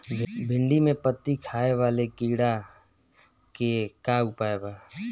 भिन्डी में पत्ति खाये वाले किड़ा के का उपाय बा?